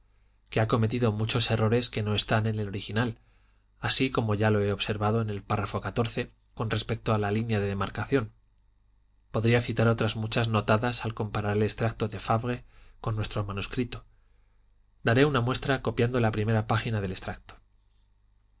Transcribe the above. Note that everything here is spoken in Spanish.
que ha cometido muchos errores que no están en el original así como ya lo he observado en el párrafo xiv con respecto a la línea de demarcación podría citar otras muchas notadas al comparar el extracto de fabre con nuestro manuscrito daré una muestra copiando la primera página del extracto